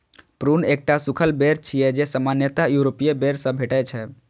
prune एकटा सूखल बेर छियै, जे सामान्यतः यूरोपीय बेर सं भेटै छै